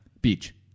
Beach